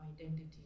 identity